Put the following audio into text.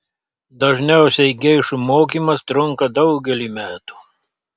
dažniausiai geišų mokymas trunka daugelį metų